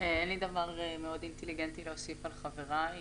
אין לי דבר מאוד אינטליגנטי להוסיף על דברי חבריי.